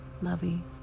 lovey